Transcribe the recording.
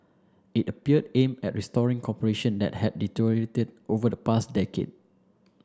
it appeared aimed at restoring cooperation that had deteriorated over the past decade